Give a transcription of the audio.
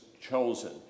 chosen